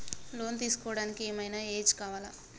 Loan తీస్కోవడానికి ఏం ఐనా ఏజ్ కావాలా?